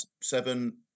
seven